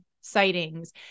sightings